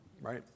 right